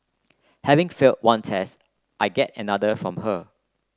having failed one test I get another from her